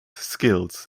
skills